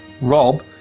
Rob